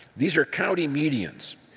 these are county medians.